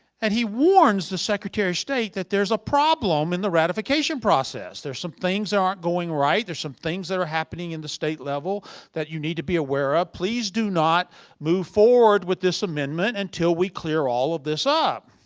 and he warns the secretary of state that there's a problem in the ratification process. there's some things that aren't going right. there's some things that are happening in the state level that you need to be aware of. please do not move forward with this amendment until we clear all of this ah up.